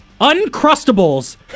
Uncrustables